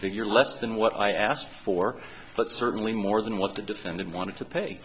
figure less than what i asked for but certainly more than what the defendant wanted to pay